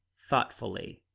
thoughtfully,